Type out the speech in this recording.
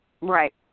right